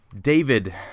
David